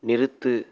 நிறுத்து